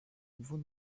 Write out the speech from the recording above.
vous